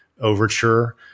overture